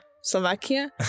Slovakia